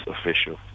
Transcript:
official